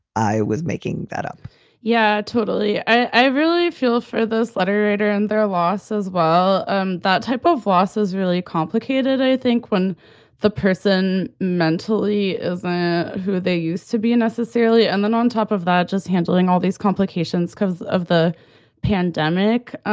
i was making that up yeah, totally. i really feel for those letter writer and their losses. well, um that type of loss is really complicated. i think when the person mentally of ah who they used to be necessarily and then on top of not just handling all these complications because of the pandemic.